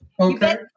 Okay